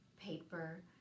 paper